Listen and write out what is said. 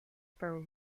per